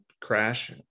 crash